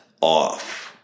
off